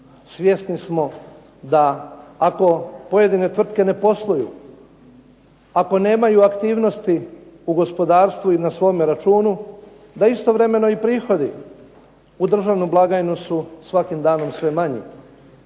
Svjesni smo da ako pojedine tvrtke ne posluju da ako nemaju aktivnosti u gospodarstvu i na svome računu, da istovremeno i prihodi u državnoj blagajni su svakim danom sve manji.